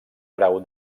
grau